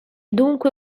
dunque